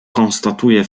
konstatuje